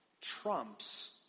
trumps